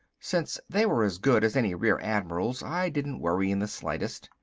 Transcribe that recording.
since they were as good as any real admiral's i didn't worry in the slightest.